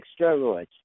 steroids